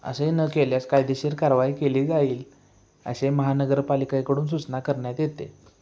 असे न केल्यास कायदेशीर कारवाई केली जाईल असे महानगरपालिकेकडून सूचना करण्यात येते